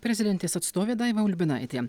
prezidentės atstovė daiva ulbinaitė